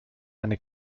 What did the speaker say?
eine